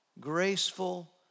graceful